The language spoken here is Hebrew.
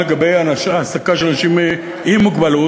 לגבי העסקה של אנשים עם מוגבלות,